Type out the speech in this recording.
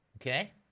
Okay